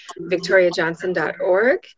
victoriajohnson.org